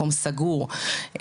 מקום סגור,